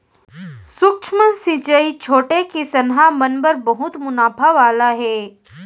सूक्ष्म सिंचई छोटे किसनहा मन बर बहुत मुनाफा वाला हे